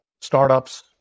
startups